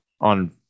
on